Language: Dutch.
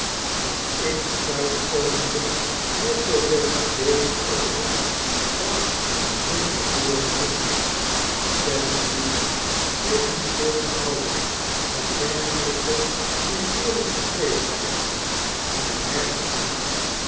dat ik er thuis komende net zooveel idee op had als een ongeboren kind tetterby scheen niet veel te houden van dergelqke figuurlrjke spreekwijzen en merkte aan